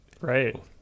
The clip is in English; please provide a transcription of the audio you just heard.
Right